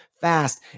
fast